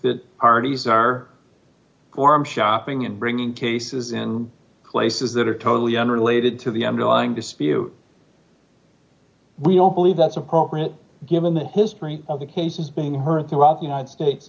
that parties are gorm shopping and bringing cases in places that are totally unrelated to the i'm going to spew we all believe that's appropriate given the history of the cases being heard throughout the united states